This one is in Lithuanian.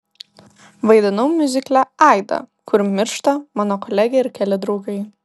vaidinau miuzikle aida kur miršta mano kolegė ir keli draugai